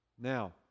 Now